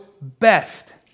best